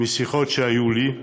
משיחות שהיו לי,